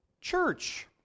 church